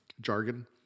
jargon